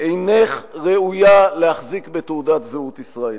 אינך ראויה להחזיק בתעודת זהות ישראלית.